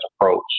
approach